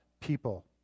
people